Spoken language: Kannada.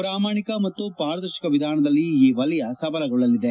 ಪ್ರಾಮಾಣಿಕ ಮತ್ತು ಪಾರದರ್ಶಕ ವಿಧಾನದಲ್ಲಿ ಈ ವಲಯ ಸಬಲಗೊಳ್ಳಲಿದೆ